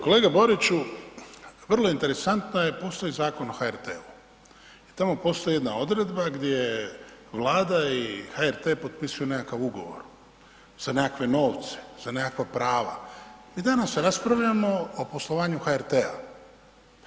Kolega Boriću vrlo interesantno je postoji Zakon o HRT-u i tamo postoji jedan odredba gdje vlada i HRT potpisuju nekakav ugovor za nekakve novce, za nekakva prava i danas raspravljamo o poslovanju HRT-a.